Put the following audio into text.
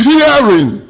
Hearing